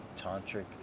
tantric